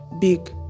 big